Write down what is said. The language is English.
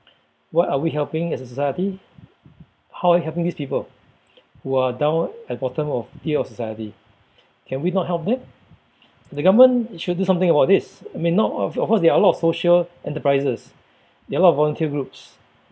what are we helping as a society how are we helping these people who are down at the bottom of of society can we not help them the government should do something about this I mean not of of course there are a lot of social enterprises there are a lot of volunteer groups